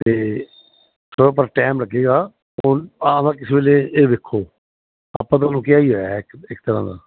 ਤੇ ਉਹ ਪਰ ਟਾਈਮ ਲੱਗੇਗਾ ਉਹ ਆਮ ਕਿਸ ਵੇਲੇ ਇਹ ਵੇਖੋ ਆਪਾਂ ਤੁਹਾਨੂੰ ਕਿਹਾ ਹੀ ਹੈ ਇੱਕ ਤਰ੍ਹਾਂ ਦਾ